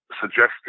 suggested